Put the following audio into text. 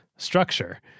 structure